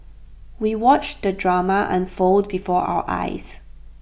we watched the drama unfold before our eyes